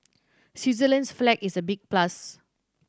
Switzerland's flag is a big plus